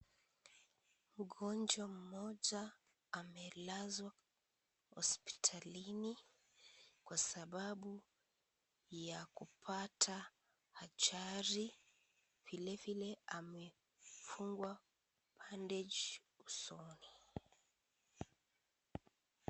Mgonjwa mmoja amelazwa hospitalini, kwa sababu ya kupata ajali . Vile vile amefungwa Bandage usoni.